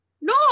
No